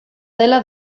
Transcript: dela